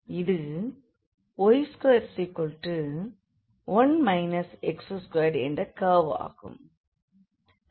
இது y21 x2 என்ற curve ஆகும்